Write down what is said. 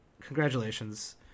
congratulations